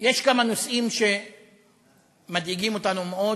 יש כמה נושאים שמדאיגים אותנו מאוד,